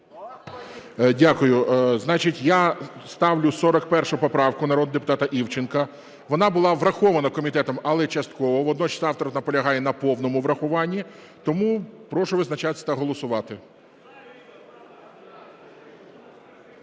Дякую. Я ставлю 41 поправку народного депутата Івченка. Вона була врахована комітетом, але частково. Водночас, автор наполягає на повному врахуванні. Тому прошу визначатись та голосувати.